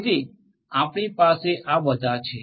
તેથી આપણી પાસે આ બધા છે